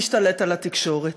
משתלט על התקשורת.